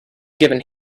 given